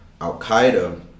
Al-Qaeda